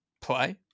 play